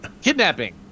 Kidnapping